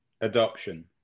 adoption